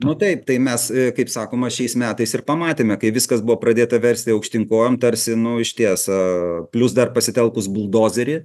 nu taip tai mes kaip sakoma šiais metais ir pamatėme kai viskas buvo pradėta versti aukštyn kojom tarsi nu išties aaa plius dar pasitelkus buldozerį